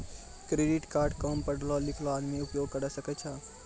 Credit card काम पढलो लिखलो आदमी उपयोग करे सकय छै?